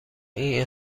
این